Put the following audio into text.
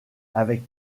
avec